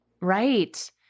Right